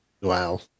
Wow